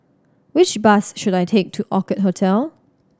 which bus should I take to Orchid Hotel